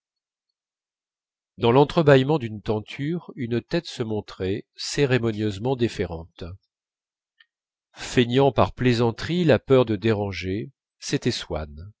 dans l'entre-bâillement d'une tenture une tête se montrait cérémonieusement déférente feignant par plaisanterie la peur de déranger c'était swann